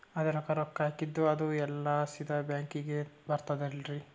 ಅದ್ರಗ ರೊಕ್ಕ ಹಾಕಿದ್ದು ಅದು ಎಲ್ಲಾ ಸೀದಾ ಬ್ಯಾಂಕಿಗಿ ಬರ್ತದಲ್ರಿ?